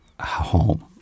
home